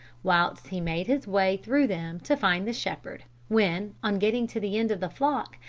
whilst he made his way through them to find the shepherd when, on getting to the end of the flock,